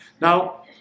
Now